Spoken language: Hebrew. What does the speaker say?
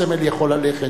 הסמל יכול ללכת.